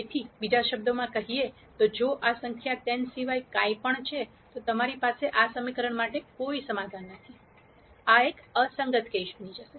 તેથી બીજા શબ્દોમાં કહીએ તો જો આ સંખ્યા 10 સિવાય કંઈપણ છે તો તમારી પાસે આ સમીકરણો માટે કોઈ સમાધાન નથી આ એક અસંગત કેસ બની જશે